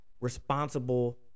responsible